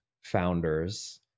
founders